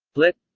lett.